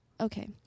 okay